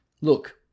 Look